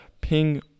ping